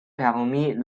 permit